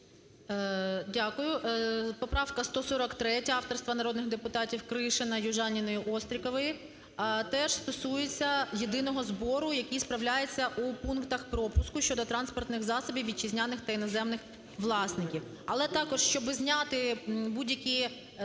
Дякую. Поправка 143 авторства народних депутатів Кришина, Южаніної, Острікової теж стосується єдиного збору, який справляється у пунктах пропуску щодо транспортних засобів вітчизняних та іноземних власників. Але також щоб зняти будь-які запитання,